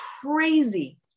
crazy